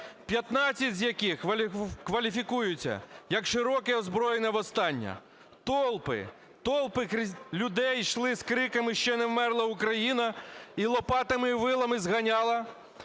15 з яких кваліфікуються як широке озброєне повстання. Толпи, толпи людей йшли з криками "ще не вмерла Україна" і лопатами, і вилами зганяли